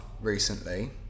recently